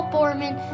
Borman